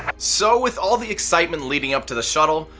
so with all the excitement leading up to the shuttle,